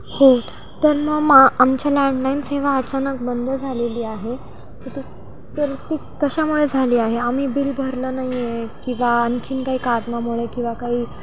हो तर मग मा आमच्या लँडलाईन सेवा अचानक बंद झालेली आहे तर ती कशामुळे झाली आहे आम्ही बिल भरलं नाही आहे किंवा आणखीन काही कारणामुळे किंवा काही